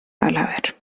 halaber